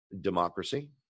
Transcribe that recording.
democracy